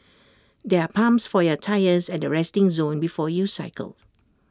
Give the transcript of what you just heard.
there are pumps for your tyres at the resting zone before you cycle